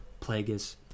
Plagueis